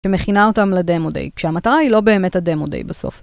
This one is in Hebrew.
שמכינה אותם לדמו-דיי, כשהמטרה היא לא באמת הדמו-דיי בסוף.